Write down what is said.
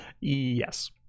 Yes